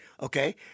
Okay